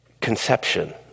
conception